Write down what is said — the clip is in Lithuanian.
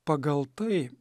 pagal tai